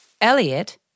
Elliot